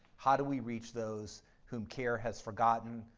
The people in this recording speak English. how do we reach those who care has forgotten,